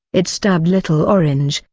it stabbed little orange,